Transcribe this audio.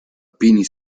pini